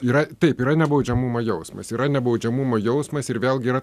yra taip yra nebaudžiamumo jausmas yra nebaudžiamumo jausmas ir vėlgi yra